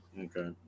okay